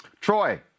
Troy